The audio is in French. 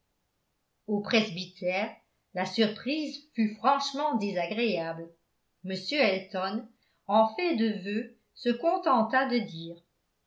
au presbytère la surprise fut franchement désagréable m elton en fait de vœux se contenta de dire